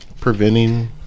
preventing